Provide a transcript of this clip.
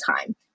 time